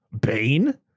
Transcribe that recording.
bane